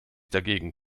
dagegen